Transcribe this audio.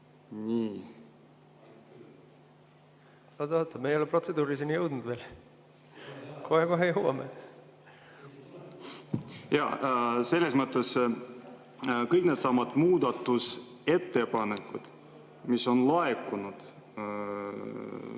Oota, me ei ole protseduuriliseni jõudnud veel, kohe-kohe jõuame. Selles mõttes kõik needsamad muudatusettepanekud, mis on laekunud